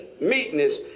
meekness